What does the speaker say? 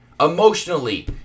Emotionally